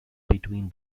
between